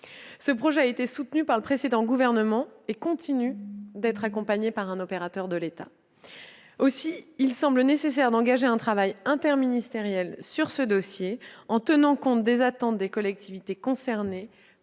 Ce projet a été soutenu par le précédent gouvernement et continue d'être accompagné par un opérateur de l'État. Aussi semble-t-il nécessaire d'engager, sur ce dossier, un travail interministériel, en tenant compte des attentes des collectivités concernées,